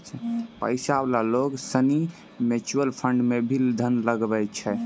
पैसा वाला लोग सनी म्यूचुअल फंड मे भी धन लगवै छै